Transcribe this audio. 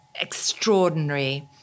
extraordinary